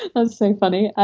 ah that's so funny.